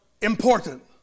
important